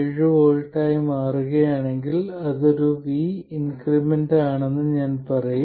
7 V ആയി മാറുകയാണെങ്കിൽ അത് ഒരു V ഇൻക്രിമെന്റ് ആണെന്ന് ഞാൻ പറയും